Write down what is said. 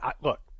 Look